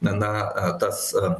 na na tas